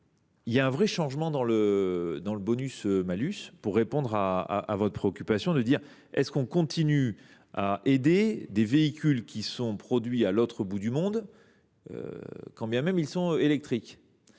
Il y a un vrai changement dans le bonus malus. J’entends la préoccupation exprimée : doit on continuer à aider des véhicules qui sont produits à l’autre bout du monde, quand bien même ils seraient électriques ?